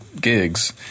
gigs